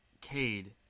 Cade